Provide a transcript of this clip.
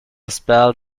spell